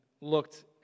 looked